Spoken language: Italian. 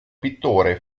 pittore